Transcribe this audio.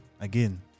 again